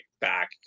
back